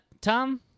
Tom